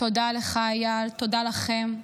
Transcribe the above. תודה לך, אייל, תודה לכם,